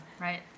Right